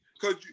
Cause